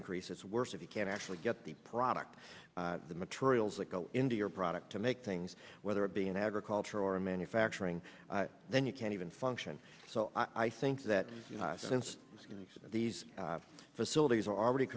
increase is worse if you can actually get the product the materials that go into your product to make things whether it be in agriculture or in manufacturing then you can't even function so i think that since these facilities are already